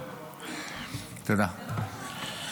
תודה.